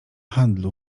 handlu